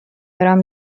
برم